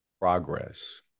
progress